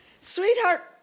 sweetheart